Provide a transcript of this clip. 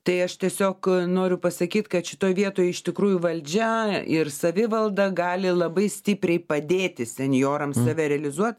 tai aš tiesiog noriu pasakyt kad šitoj vietoj iš tikrųjų valdžia ir savivalda gali labai stipriai padėti senjorams save realizuot